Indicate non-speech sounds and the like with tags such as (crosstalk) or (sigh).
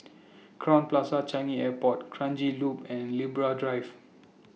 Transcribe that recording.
(noise) Crowne Plaza Changi Airport Kranji Loop and Libra Drive